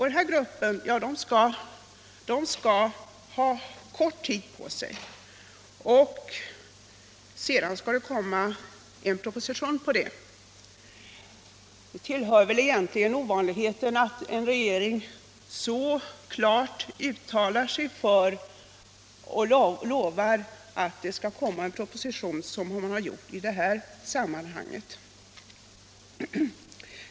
Den här gruppen skall ha kort tid på sig och sedan skall en proposition läggas fram. Det tillhör väl egentligen ovanligheterna att en regering så klart uttalar sig för och lovar att det skall komma en proposition, som man har gjort i det här sammanhanget.